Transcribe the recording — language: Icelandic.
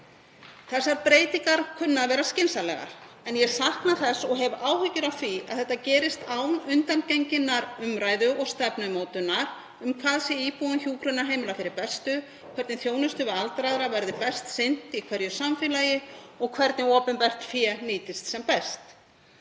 Þessar breytingar kunna að vera skynsamlegar en ég sakna þess og hef áhyggjur af því að þetta gerist án undangenginnar umræðu og stefnumótunar um hvað sé íbúum hjúkrunarheimila fyrir bestu, hvernig þjónustu við aldraðra verði best sinnt í hverju samfélagi og hvernig opinbert fé nýtist sem best.